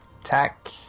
Attack